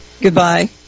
goodbye